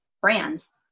brands